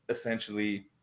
essentially